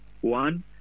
one